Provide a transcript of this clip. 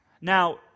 Now